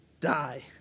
die